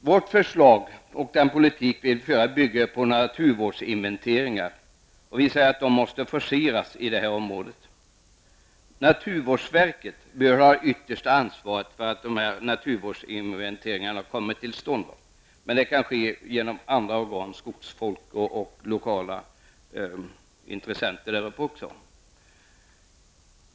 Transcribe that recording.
Vårt förslag, och den politik vi vill föra, bygger på naturvårdsinventeringar, och de måste forceras inom detta område. Naturvårdsverket bör ha det yttersta ansvaret för att dessa naturvårdsinventeringar kommer till stånd. Men de kan även genomföras av andra organ, skogsfolk och lokala intressenter.